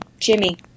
Jimmy